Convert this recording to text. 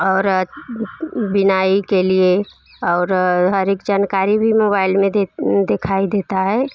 और बुनाई के लिए और हर एक जानकारी भी मोबैल में देख देखाई देता है